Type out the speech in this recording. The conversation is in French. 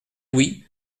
louis